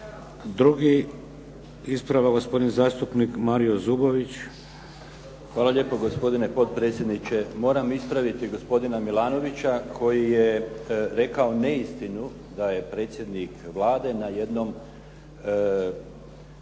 Drugi ispravak, gospodin zastupnik Mario Zubović. **Zubović, Mario (HDZ)** Hvala lijepo gospodine potpredsjedniče. Moram ispraviti gospodina Milanovića koji je rekao neistinu da je predsjednik Vlade na jednom